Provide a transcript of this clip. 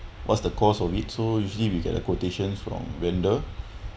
what's the cost of it so usually we get the quotation from vendor